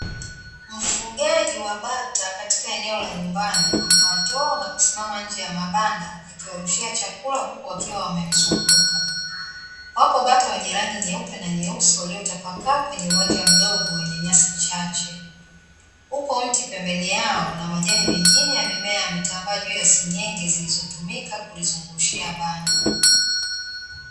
Mfugaji wa bata katika eneo la nyumbani amewatoa na kusimama nje ya mabanda akiwarushia chakula huku wakiwa wamemzunguka. Wapo bata wenye rangi nyeupe na nyeusi waliotapakaa kwenye uwanja mdogo wenye nyasi chache. Uko mti pembeni yao na majani mengine ya mimea yametambaa juu ya senyenge zilizotumika kulizungushia banda.